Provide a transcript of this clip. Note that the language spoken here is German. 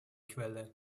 quelle